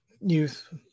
youth